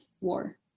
war